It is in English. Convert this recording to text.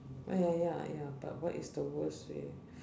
ah ya ya ya but what is the worst way